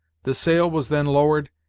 the sail was then lowered,